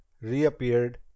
reappeared